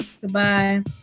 Goodbye